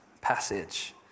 passage